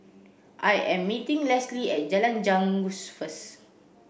I am meeting Leslie at Jalan Janggus first